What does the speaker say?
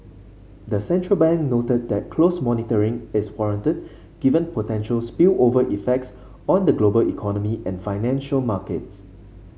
the central bank noted that close monitoring is warranted given potential spillover effects on the global economy and financial markets